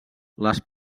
les